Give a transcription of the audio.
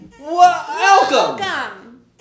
Welcome